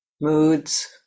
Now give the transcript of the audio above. moods